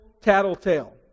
tattletale